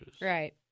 Right